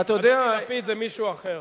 אדוני, לפיד זה מישהו אחר.